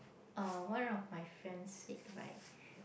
uh one of my friend said right